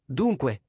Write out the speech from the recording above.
dunque